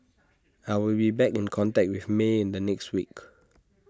I will be back in contact with may in the next week